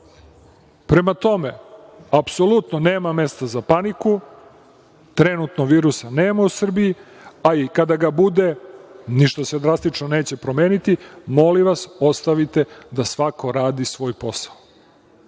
put. Prema tome, apsolutno nema mesta za paniku. Trenutno virusa nema u Srbiji, a i kada ga bude ništa se drastično neće promeniti. Molim vas, ostavite da svako radi svoj posao,